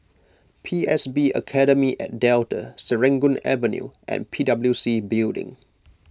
P S B Academy at Delta Serangoon Avenue and P W C Building